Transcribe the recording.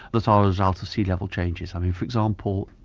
but the result of sea level changes. i mean for example,